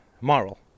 moral